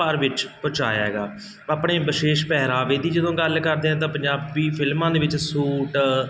ਭਰ ਵਿੱਚ ਪਹੁੰਚਾਇਆ ਹੈਗਾ ਆਪਣੇ ਵਿਸ਼ੇਸ਼ ਪਹਿਰਾਵੇ ਦੀ ਜਦੋਂ ਗੱਲ ਕਰਦੇ ਹਾਂ ਤਾਂ ਪੰਜਾਬੀ ਫਿਲਮਾਂ ਦੇ ਵਿੱਚ ਸੂਟ